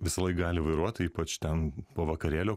visąlaik gali vairuot tai ypač ten po vakarėlio